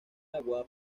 agua